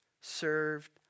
served